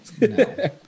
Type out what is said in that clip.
No